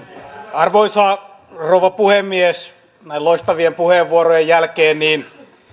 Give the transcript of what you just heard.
arvoisa rouva puhemies näin loistavien puheenvuorojen jälkeen